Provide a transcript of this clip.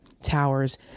towers